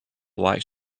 likes